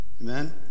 Amen